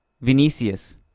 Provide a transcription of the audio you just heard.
Vinicius